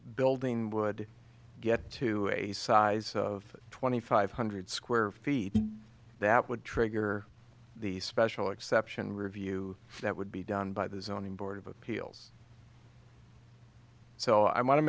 building would get to a size of twenty five hundred square feet that would trigger the special exception review that would be done by the zoning board of appeals so i want to